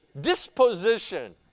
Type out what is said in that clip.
Disposition